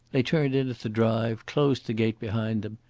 they turned in at the drive, closed the gate behind them,